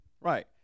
Right